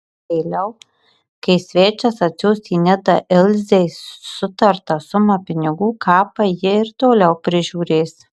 vėliau kai svečias atsiųs į nidą ilzei sutartą sumą pinigų kapą ji ir toliau prižiūrės